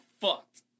fucked